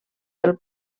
del